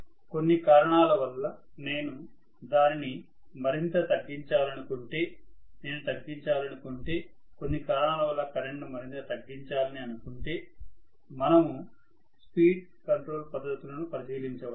professor కొన్ని కారణాల వల్ల నేను దానిని మరింత తగ్గించాలనుకుంటే నేను తగ్గించాలనుకుంటే కొన్ని కారణాల వల్ల కరెంట్ను మరింతగా తగ్గించాలని అనుకుంటే మనము స్పీడ్ కంట్రోల్ పద్ధతులను పరిశీలించవచ్చు